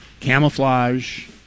camouflage